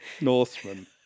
Northmen